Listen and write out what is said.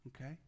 okay